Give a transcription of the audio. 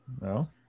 no